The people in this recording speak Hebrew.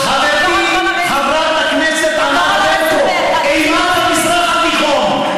חברתי חברת הכנסת ענת ברקו, אימת המזרח התיכון,